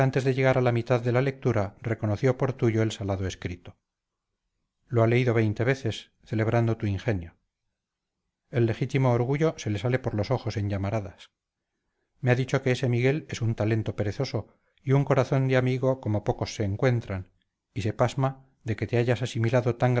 de llegar a la mitad de la lectura reconoció por tuyo el salado escrito lo ha leído veinte veces celebrando tu ingenio el legítimo orgullo se le sale por los ojos en llamaradas me ha dicho que ese miguel es un talento perezoso y un corazón de amigo como pocos se encuentran y se pasma de que te hayas asimilado tan